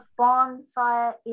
bonfire